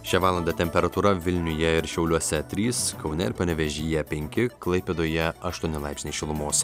šią valandą temperatūra vilniuje ir šiauliuose trys kaune ir panevėžyje penki klaipėdoje aštuoni laipsniai šilumos